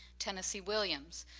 tennessee williams,